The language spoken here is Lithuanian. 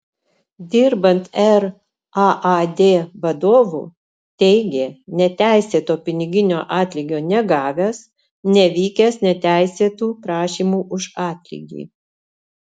dirbant raad vadovu teigė neteisėto piniginio atlygio negavęs nevykęs neteisėtų prašymų už atlygį